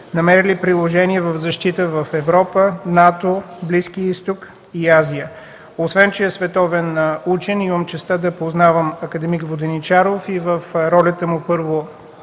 намерили приложение за защита в Европа, НАТО, Близкия Изток и Азия. Освен че е световен учен, имам честта да познавам акад. Воденичаров и в ролята му, първо,